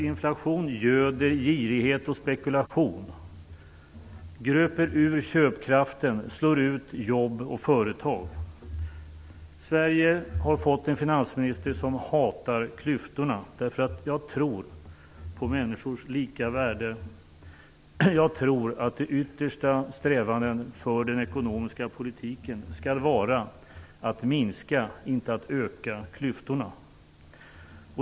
Inflation göder girighet och spekulation, gröper ur köpkraften och slår ut jobb och företag. Sverige har fått en finansminister som hatar klyftorna. Jag tror på människors lika värde. Jag tror att de yttersta strävandena för den ekonomiska politiken skall vara att minska, inte att öka, klyftorna.